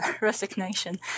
resignation